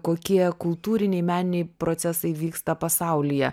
kokie kultūriniai meniniai procesai vyksta pasaulyje